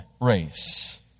race